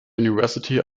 university